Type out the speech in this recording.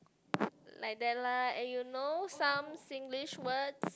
like that lah and you know some Singlish words